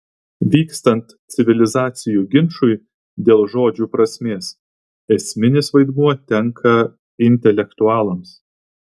vykstant civilizacijų ginčui dėl žodžių prasmės esminis vaidmuo tenka intelektualams